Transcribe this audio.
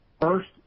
First